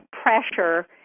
pressure